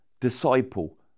disciple